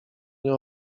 nie